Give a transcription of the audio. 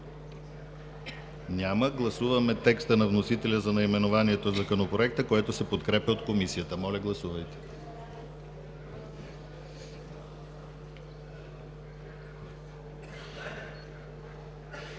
Няма. Гласуваме текста на вносителя за наименованието на Законопроекта, който се подкрепя от Комисията. Гласували